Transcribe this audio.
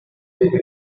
voodoo